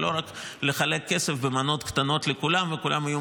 ולא רק לחלק כסף במנות קטנות לכולם וכולם יהיו